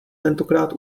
tentokrát